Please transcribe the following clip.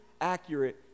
accurate